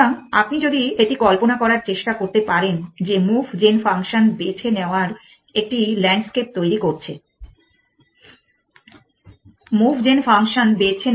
সুতরাং আপনি যদি এটি কল্পনা করার চেষ্টা করতে পারেন যে মুভ জেন ফাংশন বেছে নেওয়াও একটি ল্যান্ডস্কেপ তৈরি করছে